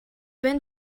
been